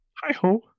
Hi-ho